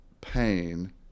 pain